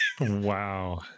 Wow